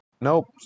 nope